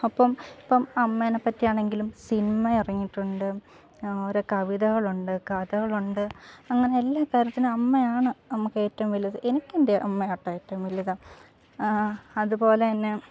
അപ്പം ഇപ്പം അമ്മേനെപ്പറ്റി ആണെങ്കിലും സിനിമ ഇറങ്ങിയിട്ടുണ്ട് ഓരോ കവിതകളുണ്ട് കഥകളുണ്ട് അങ്ങനെ എല്ലാ കാര്യത്തിനും അമ്മയാണ് നമുക്ക് ഏറ്റവും വലുത് എനിക്കെൻ്റെ അമ്മയാട്ടോ ഏറ്റവും വലുത് അതുപോലെ തന്നെ